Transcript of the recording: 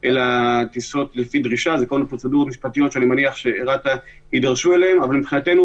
עד כמה אפשר לפתור את זה בתקנות כי רצו שלא להעמיס עליהם יותר מדי,